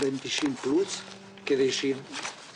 החישוב